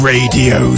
Radio